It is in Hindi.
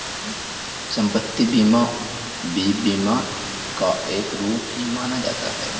सम्पत्ति बीमा भी बीमा का एक रूप ही माना जाता है